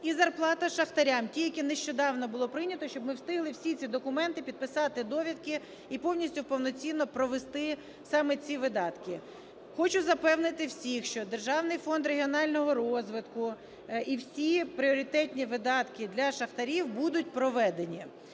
і зарплата шахтарям, ті, які нещодавно було прийнято, щоб ми встигли всі ці документи підписати довідки і повністю повноцінно провести саме ці видатки. Хочу запевнити всіх, що Державний фонд регіонального розвитку і всі пріоритетні видатки для шахтарів будуть проведені.